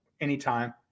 anytime